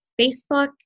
Facebook